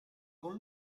con